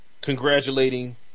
congratulating